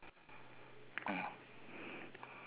close okay after below it